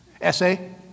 Essay